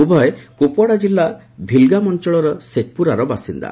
ଉଭୟ କୁପଓ୍ୱାଡ଼ା ଜିଲ୍ଲା ଭିଲଗାମ୍ ଅଞ୍ଚଳର ଶେଖ୍ପୁରାର ବାସିନ୍ଦା